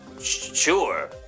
Sure